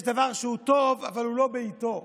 יש דבר שהוא טוב אבל הוא לא בעיתו.